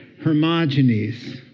hermogenes